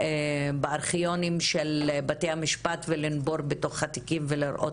בארכיונים של בתי המשפט ולנבור בתוך התיקים ולראות